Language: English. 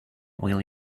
will